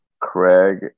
Craig